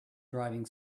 driving